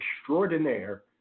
extraordinaire